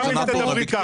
אם גם תדברי ככה.